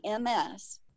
MS